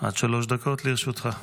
עד שלוש דקות לרשותך.